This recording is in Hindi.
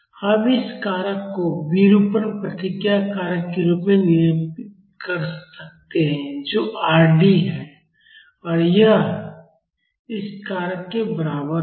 हम इस कारक को विरूपण प्रतिक्रिया कारक के रूप में निरूपित कर सकते हैं जो Rd है और यह इस कारक के बराबर है